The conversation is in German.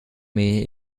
mähe